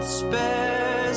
spare